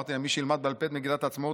אמרתי להם: מי שילמד בעל פה את מגילת העצמאות,